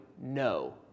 no